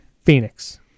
Phoenix